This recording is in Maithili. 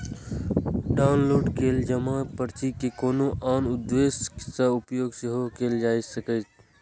डॉउनलोड कैल जमा पर्ची के कोनो आन उद्देश्य सं उपयोग सेहो कैल जा सकैए